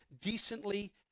decently